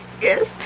yes